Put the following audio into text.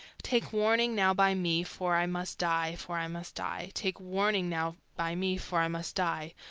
take warning now by me, for i must die, for i must die, take warning now by me, for i must die,